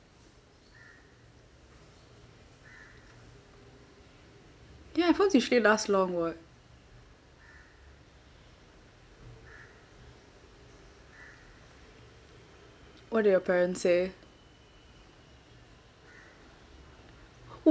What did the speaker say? ya I_phones usually last long [what] what do your parents say